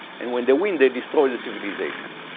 and when they win, they destroy the civilization.